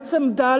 לאמץ עמדה,